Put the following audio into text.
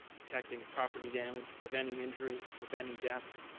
protecting property damage, preventing injuries, preventing deaths.